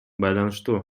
байланыштуу